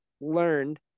learned